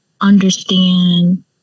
understand